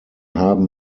haben